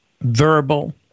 verbal